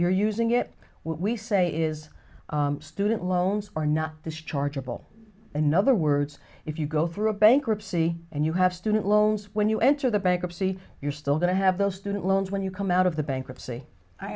you're using it we say is student loans are not the chargeable another words if you go through bankruptcy and you have student loans when you enter the bankruptcy you're still going to have those student loans when you come out of the bankruptcy i